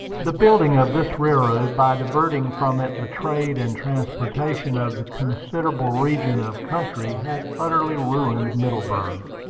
the building of this railroad, by diverting from it the trade and transportation of a considerable region of country, had utterly ruined middleburg,